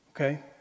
okay